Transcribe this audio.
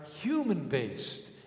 human-based